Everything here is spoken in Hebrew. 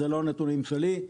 אלה לא הנתונים שלי,